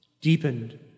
deepened